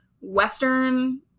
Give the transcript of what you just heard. Western